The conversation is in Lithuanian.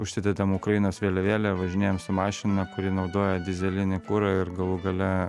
užsidedam ukrainos vėliavėlę važinėjam su mašina kuri naudoja dyzelinį kurą ir galų gale